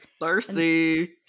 Thirsty